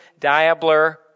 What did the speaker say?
diabler